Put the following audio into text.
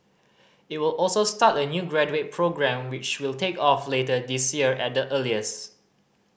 it will also start a new graduate programme which will take off later this year at the earliest